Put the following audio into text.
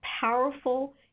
powerful